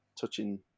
touching